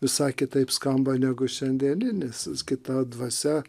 visai kitaip skamba negu šiandieninis vis kita dvasia